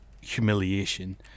humiliation